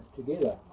together